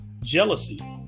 jealousy